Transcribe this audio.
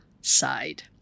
side